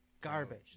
garbage